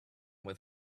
with